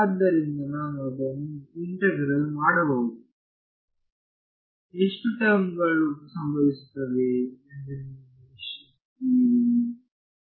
ಆದ್ದರಿಂದ ನಾನು ಅದನ್ನು ಇಂಟಗ್ರೆಟ್ ಮಾಡಬಹುದು ಎಷ್ಟು ಟರ್ಮ್ ಗಳು ಸಂಭವಿಸುತ್ತವೆ ಎಂದು ನೀವು ನಿರೀಕ್ಷಿಸುತ್ತೀರಿ